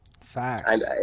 Facts